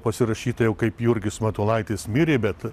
pasirašyta jau kaip jurgis matulaitis mirė bet